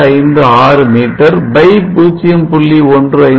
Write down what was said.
15 6 metre x 0